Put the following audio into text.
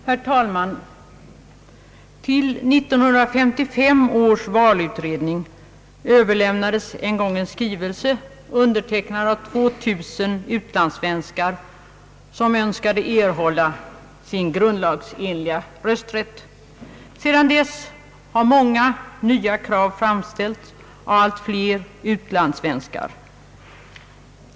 Herr talman! Till 1955 års valutredning överlämnades en gång en skrivelse undertecknad av 2 000 utlandssvenskar som önskade erhålla sin grundlagsenliga rösträtt. Sedan dess har många nya krav framställts av allt fler utlandssvenskar.